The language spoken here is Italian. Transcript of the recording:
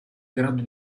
grado